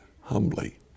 humbly